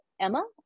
Emma